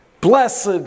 Blessed